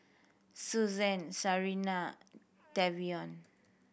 Suzanne Sarina Tavion